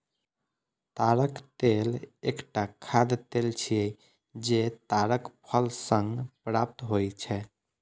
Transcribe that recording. ताड़क तेल एकटा खाद्य तेल छियै, जे ताड़क फल सं प्राप्त होइ छै